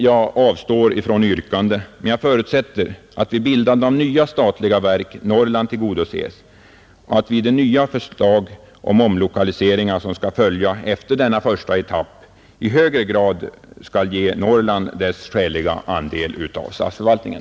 Jag avstår från yrkande, men jag förutsätter att vid bildandet av nya statliga verk Norrland tillgodoses och att de ytterligare förslag till omlokaliseringar, som skall följa efter denna första etapp, i högre grad skall ge Norrland dess skäliga andel av statsförvaltningen.